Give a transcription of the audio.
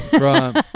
Right